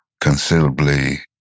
considerably